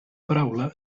paraula